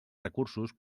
recursos